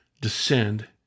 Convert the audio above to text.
descend